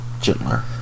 gentler